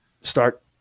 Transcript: start